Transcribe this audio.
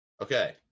Okay